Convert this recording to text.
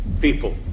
people